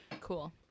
Cool